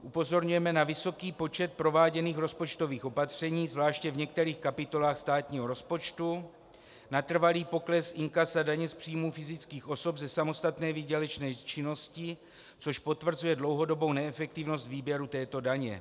Upozorňujeme na vysoký počet prováděných rozpočtových opatření zvláště v některých kapitolách státního rozpočtu, na trvalý pokles inkasa daně z příjmu fyzických osob ze samostatné výdělečné činnosti, což potvrzuje dlouhodobou neefektivnost výběru této daně.